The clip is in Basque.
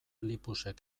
lipusek